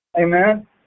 Amen